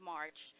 March